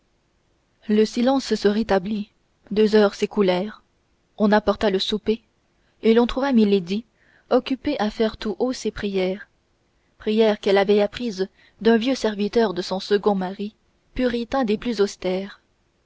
le silence se rétablit deux heures s'écoulèrent on apporta le souper et l'on trouva milady occupée à faire tout haut ses prières prières qu'elle avait apprises d'un vieux serviteur de son second mari puritain des plus austères